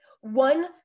One